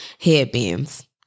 Headbands